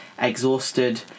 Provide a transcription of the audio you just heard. exhausted